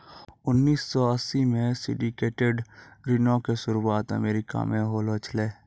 उन्नीस सौ अस्सी मे सिंडिकेटेड ऋणो के शुरुआत अमेरिका से होलो छलै